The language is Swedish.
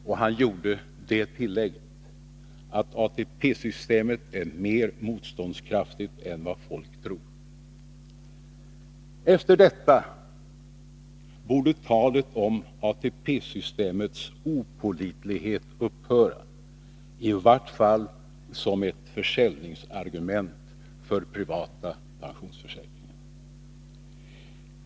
Och han gjorde det tillägget, att ATP-systemet är mer motståndskraftigt än vad folk tror. Efter detta borde talet om ATP-systemets opålitlighet upphöra, i vart fall som ett försäljningsargument för privata pensionsförsäkringar.